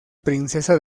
princesa